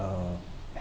uh